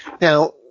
Now